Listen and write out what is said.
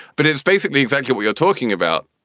but it's basically exactly what you're talking about.